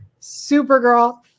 supergirl